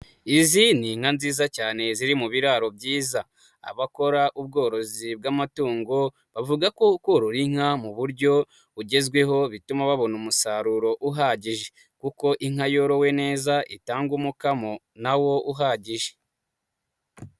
Izi ni nka nziza cyane ziri mu biraro byiza, abakora ubworozi bw'amatungo bavuga ko korora inka mu buryo bugezweho bituma babona umusaruro uhagije kuko inka yorowe neza itanga umukamo nawo uhagije.